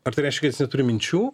ar tai reiškias jis turi minčių